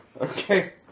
Okay